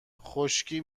خشکی